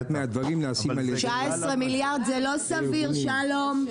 19 מיליארד זה לא סביר, שלום.